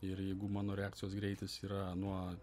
ir jeigu mano reakcijos greitis yra nuo